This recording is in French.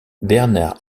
bernard